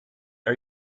are